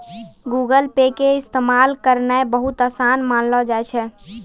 Google Pay के इस्तेमाल करनाय बहुते असान मानलो जाय छै